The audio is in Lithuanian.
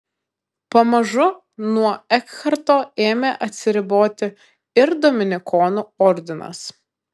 pamažu nuo ekharto ėmė atsiriboti ir dominikonų ordinas